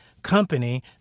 company